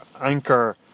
anchor